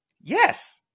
Yes